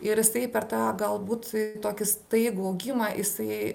ir jisai per tą galbūt tokį staigų augimą jisai